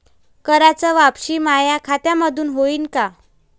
कराच वापसी माया खात्यामंधून होईन का?